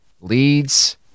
leads